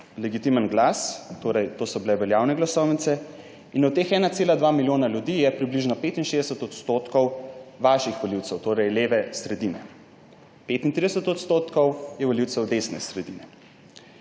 legitimen glas, to so bile veljavne glasovnice. In od teh 1,2 milijona ljudi je približno 65 % vaših volivcev, torej leve sredine, 35 % je volivcev desne sredine.